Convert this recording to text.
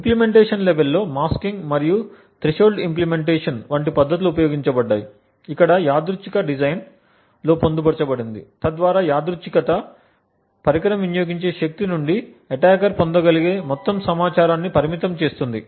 implementation level లో masking మరియు threshold implementations వంటి పద్ధతులు ఉపయోగించబడ్డాయి ఇక్కడ యాదృచ్ఛికత డిజైన్లో పొందుపరచబడింది తద్వారా యాదృచ్ఛికత పరికరం వినియోగించే శక్తి నుండి అటాకర్ పొందగలిగే సమాచారం మొత్తాన్ని పరిమితం చేస్తుంది